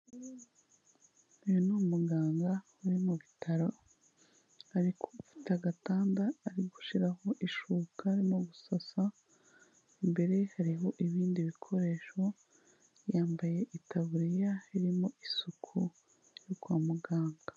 Uyu ni umuganga uri mu bitaro ariko ufite agatanda ari gushyiraho ishuka, arimo gusasa, imbere ye hariho ibindi bikoresho, yambaye itaburiya irimo isuku yo kwa muganga.